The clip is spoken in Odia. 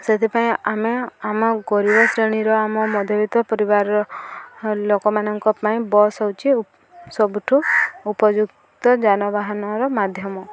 ସେଥିପାଇଁ ଆମେ ଆମ ଗରିବ ଶ୍ରେଣୀର ଆମ ମଧ୍ୟବିତ୍ତ ପରିବାରର ଲୋକମାନଙ୍କ ପାଇଁ ବସ୍ ହେଉଛି ସବୁଠୁ ଉପଯୁକ୍ତ ଯାନବାହନର ମାଧ୍ୟମ